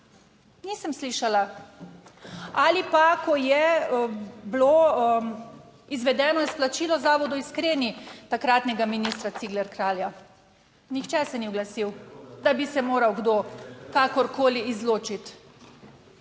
Nisem slišala. Ali pa ko je bilo izvedeno izplačilo zavodu Iskreni takratnega ministra Cigler Kralja, nihče se ni oglasil, da bi se moral kdo kakorkoli izločiti.